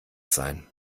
sein